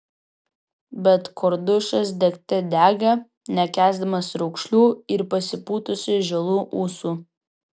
bet kordušas degte dega nekęsdamas raukšlių ir pasipūtusių žilų ūsų